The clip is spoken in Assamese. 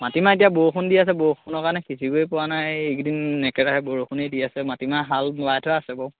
মাটিমাহ এতিয়া বৰষুণ দি আছে বৰষুণৰ কাৰণে সিঁচিবই পোৱা নাই এইকেইদিন একেৰাহে বৰষুণেই দি আছে মাটিমাহ হাল বোৱাই থোৱা আছে বাৰু